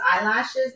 eyelashes